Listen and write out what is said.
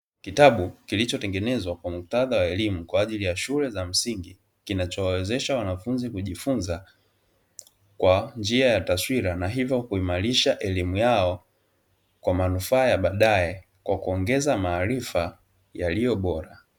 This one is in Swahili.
Kitabu kilichotengenezwa kwa muktadha wa elimu kwa ajili ya shule za msingi, kinachowawezesha wanafunzi kujifunza kwa njia ya taswira na hivyo kuimarisha elimu yao kwa manufaa ya baadaye, kwa kuongeza maarifa yaliyo bora.